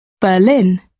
Berlin